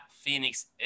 Phoenix